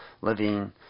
living